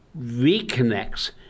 reconnects